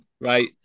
Right